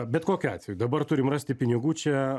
bet kokiu atveju dabar turim rasti pinigų čia